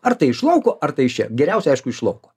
ar tai iš lauko ar tai iš čia geriausia aišku iš lauko